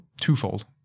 twofold